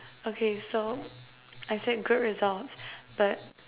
okay so I said good results but